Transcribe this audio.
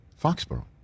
Foxborough